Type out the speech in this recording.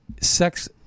sex